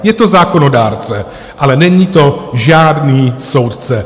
Je to zákonodárce, ale není to žádný soudce.